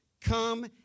come